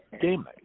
game